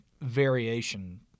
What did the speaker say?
variation